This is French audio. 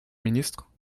ministre